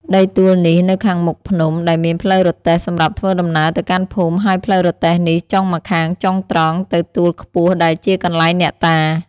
ដីទួលនេះនៅខាងមុខភ្នំ ដែលមានផ្លូវរទេះសម្រាប់ធ្វើដំណើរទៅកាន់ភូមិហើយផ្លូវរទេះនេះចុងម្ខាងចុះត្រង់ទៅទួលខ្ពស់ដែលជាកន្លែងអ្នកតា ។